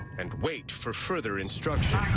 and wait for further instruction.